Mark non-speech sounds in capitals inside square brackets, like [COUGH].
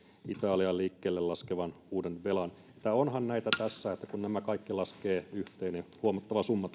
italian liikkeelle laskeman uuden velan onhan näitä tässä kun nämä kaikki laskee yhteen niin huomattava summa [UNINTELLIGIBLE]